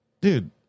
Dude